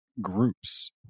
groups